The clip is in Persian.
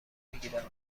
بگیرم